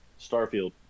Starfield